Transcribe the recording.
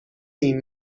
این